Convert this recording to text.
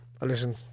listen